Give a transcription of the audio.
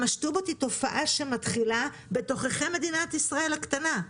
המשטובות היא תופעה שמתחילה בתוככי מדינת ישראל הקטנה,